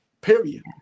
period